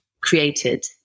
created